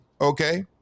okay